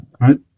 right